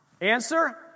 Answer